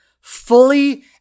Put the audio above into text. fully